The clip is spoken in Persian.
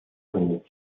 غروب